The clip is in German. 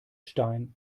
stein